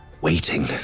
waiting